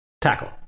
Tackle